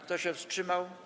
Kto się wstrzymał?